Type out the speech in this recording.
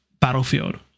Battlefield